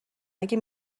اگه